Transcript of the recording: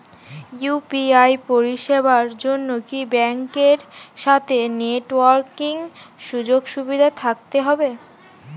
UPI পরিষেবার জন্য কি ব্যাংকের সাথে নেট ব্যাঙ্কিং সুযোগ সুবিধা থাকতে হবে?